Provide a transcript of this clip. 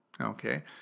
okay